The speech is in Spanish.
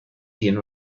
tiene